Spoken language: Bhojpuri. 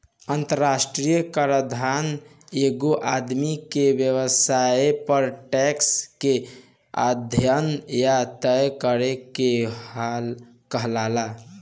अंतरराष्ट्रीय कराधान एगो आदमी के व्यवसाय पर टैक्स के अध्यन या तय करे के कहाला